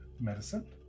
medicine